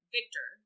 Victor